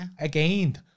Again